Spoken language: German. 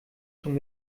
schon